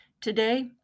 Today